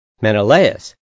Menelaus